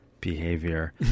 behavior